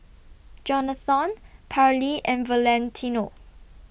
Johnathon Parlee and Valentino